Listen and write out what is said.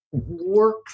work